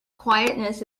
quietness